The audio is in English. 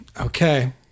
Okay